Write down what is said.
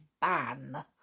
ban